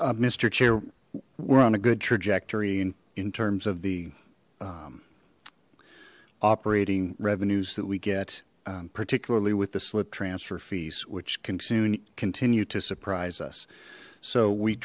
mister chair we're on a good trajectory in terms of the operating revenues that we get particularly with the slip transfer fees which can soon continue to surprise us so we